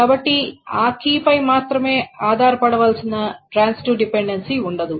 కాబట్టి ఆ కీపై మాత్రమే ఆధారపడవలసిన ట్రాన్సిటివ్ డిపెండెన్సీ ఉండదు